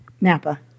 Napa